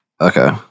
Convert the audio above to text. Okay